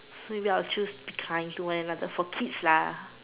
ya I would choose to be kind to one another for kids lah